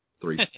Three